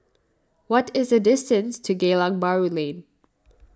what is the distance to Geylang Bahru Lane